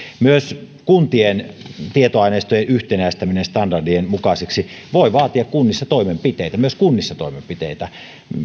myös kuntien tietoaineistojen yhtenäistäminen standardien mukaisiksi voi vaatia toimenpiteitä myös kunnissa toimenpiteitä